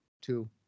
two